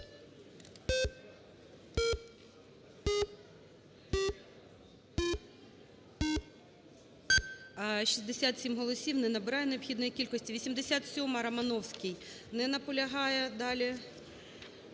67 голосів. Не набирає необхідної кількості. 87-а,Романовський. Не наполягає. Далі,